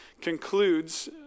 concludes